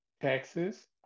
Texas